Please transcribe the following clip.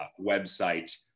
website